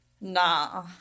nah